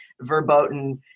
verboten